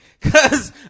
Cause